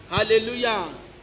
Hallelujah